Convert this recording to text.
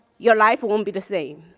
your life won't be the same.